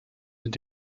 mit